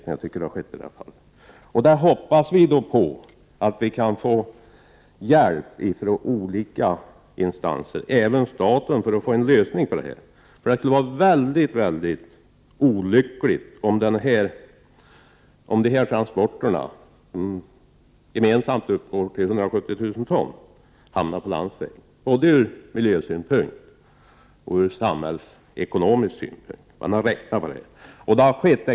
Så har skett i det här fallet, tycker jag. Vi hoppas att vi kan få hjälp ifrån olika instanser, även från staten, för att lösa det här. Det vore mycket olyckligt ur miljösynpunkt och ur samhällsekonomisk synpunkt om dessa transporter — som gemensamt uppgår till 170 000 ton — skulle behöva ske på landsväg. Man har gjort beräkningar på detta.